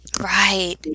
right